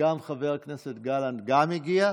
וגם חבר הכנסת גלנט הגיע.